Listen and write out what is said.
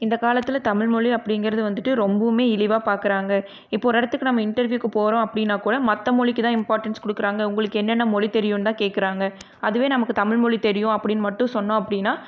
இந்த காலத்தில் தமிழ்மொழி அப்படிங்குறத வந்துட்டு ரொம்பவுமே இழிவாக பார்க்குறாங்க இப்போது ஒரு இடத்துக்கு நம்ம இன்டர்வியூவுக்கு போகிறோம் அப்படினா கூட மற்ற மொழிக்குதான் இம்பார்ட்டன்ஸ் கொடுக்குறாங்க உங்களுக்கு என்னென்ன மொழி தெரியும் தான் கேட்குறாங்க அதுவே நமக்கு தமிழ் மொழி தெரியும் அப்படின்னு மட்டும் சொன்னோம் அப்படின்னா